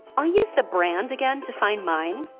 i'll use the brand again to find mine.